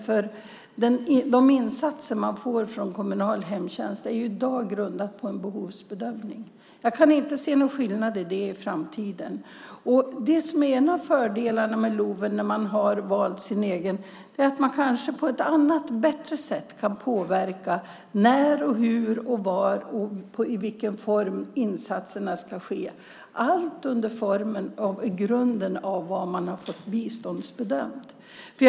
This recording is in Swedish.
Vilka insatser som man får från kommunal hemtjänst är ju i dag grundat på en behovsbedömning. Jag kan inte se någon skillnad när det gäller det i framtiden. En av fördelarna med LOV är att man, när man har valt sin egen, kanske på ett bättre sätt kan påverka när, hur, var och i vilken form insatserna ska ske, allt utifrån vad man har fått för biståndsbedömning.